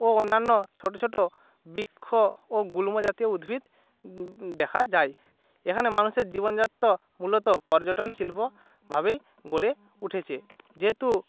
ও অন্যান্য ছোটো ছোটো বৃক্ষ ও গুল্ম জাতীয় উদ্ভিদ দেখা যায় এখানে মানুষের জীবনযাত্রা মূলত পর্যটন শিল্পভাবেই গড়ে উঠেছে যেহেতু